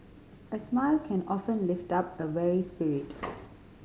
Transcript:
a smile can often lift up a weary spirit